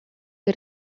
que